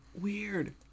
weird